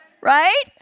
Right